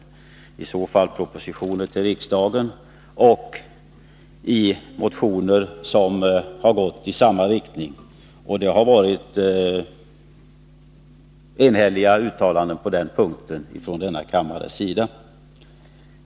Detta har sagts i såväl propositioner till riksdagen som i motioner som har gått i samma riktning, och det har varit enhälliga uttalanden på den punkten från denna kammares sida.